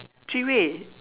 three way